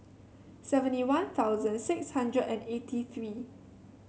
seventy One Thousand six hundred and eighty three